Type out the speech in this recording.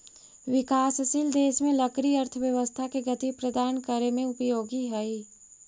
विकासशील देश में लकड़ी अर्थव्यवस्था के गति प्रदान करे में उपयोगी हइ